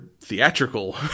theatrical